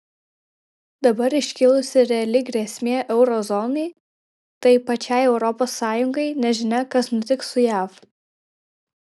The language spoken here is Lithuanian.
dabar iškilusi reali grėsmė euro zonai tai pačiai europos sąjungai nežinia kas nutiks su jav